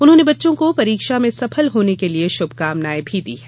उन्होंने बच्चों को परीक्षा में सफल होने के लिए शुभकामनाएं भी दी हैं